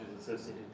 associated